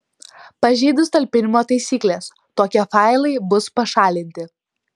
pažeidus talpinimo taisykles tokie failai bus pašalinti